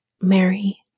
Mary